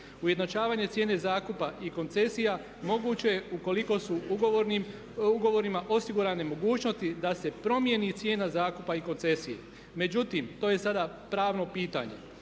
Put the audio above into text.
Ujednačavanje cijene zakupa i koncesija moguće je ukoliko su ugovorima osigurane mogućnosti da se promijeni cijena zakupa i koncesije. Međutim, to je sada pravno pitanje.